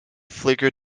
flicker